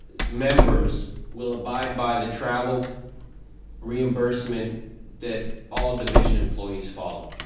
members will abide by the travel reimbursement that all division employees follow.